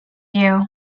you